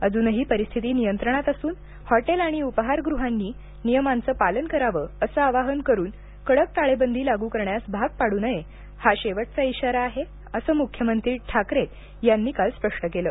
अजूनही परिस्थिती नियंत्रणात असून हॉटेल आणि उपाहारगृहांनी नियमांचं पालन करावं असं आवाहन करुन कडक टाळेबंदी लागू करण्यास भाग पडू नये हा शेवटचा इशारा आहे असं मुख्यमंत्री उद्दव ठाकरे यांनी काल स्पष्ट केलं